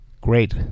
Great